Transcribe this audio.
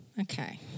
okay